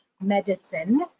medicine